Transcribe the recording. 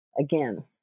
again